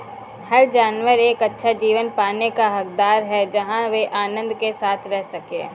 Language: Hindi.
हर जानवर एक अच्छा जीवन पाने का हकदार है जहां वे आनंद के साथ रह सके